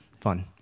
fun